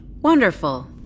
Wonderful